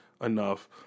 enough